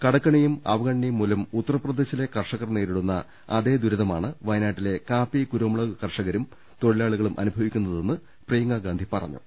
കടക്കെണിയും അവഗണനയുംമൂലം ഉത്തർപ്രദേശിലെ കർഷകർ നേരിടുന്ന അതേ ദുരിതമാണ് വയ നാട്ടിലെ കാപ്പി കുരുമുളക് കർഷകരും തൊഴിലാളികളും അനു ഭവിക്കുന്നതെന്ന് പ്രിയങ്കാ ഗാന്ധി പറഞ്ഞു